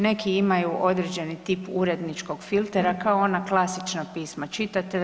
Neki imaju određeni tip uredničkog filtera kao ona klasična pisma čitatelja.